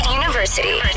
University